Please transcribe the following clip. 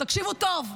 תקשיבו טוב,